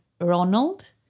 Ronald